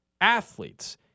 athletes